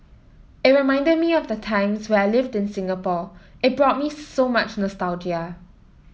it reminded me of the times where I lived in Singapore it brought me so much nostalgia